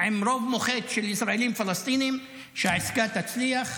עם רוב מוחץ של ישראלים פלסטינים, שהעסקה תצליח,